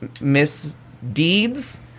misdeeds